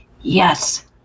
Yes